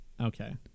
Okay